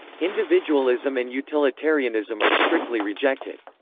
individualism and utilitarianism are strictly rejected.